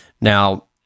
Now